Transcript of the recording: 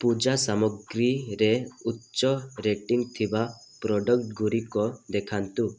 ପୂଜା ସାମଗ୍ରୀରେ ଉଚ୍ଚ ରେଟିଂ ଥିବା ପ୍ରଡ଼କ୍ଟ୍ ଗୁଡ଼ିକ ଦେଖାନ୍ତୁ